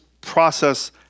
process